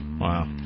Wow